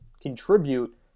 contribute